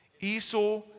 Esau